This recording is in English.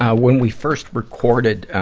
when we first recorded, ah,